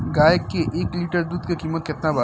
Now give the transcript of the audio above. गाए के एक लीटर दूध के कीमत केतना बा?